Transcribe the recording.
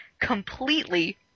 completely